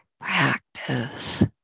practice